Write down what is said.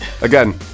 Again